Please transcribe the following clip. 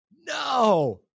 No